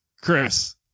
Chris